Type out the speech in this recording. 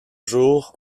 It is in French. jours